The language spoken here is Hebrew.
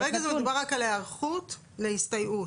כרגע מדובר רק על היערכות להסתייעות.